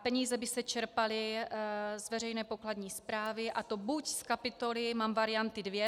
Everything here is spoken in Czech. Peníze by se čerpaly z veřejné pokladní správy, a to buď z kapitoly mám varianty dvě.